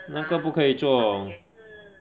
那个不可以做